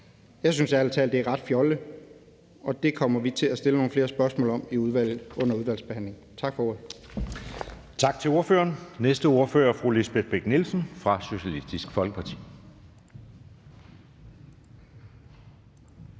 Jeg synes ærlig talt, det er ret fjollet, og vi kommer til at stille nogle flere spørgsmål om det under udvalgsbehandlingen. Tak for ordet.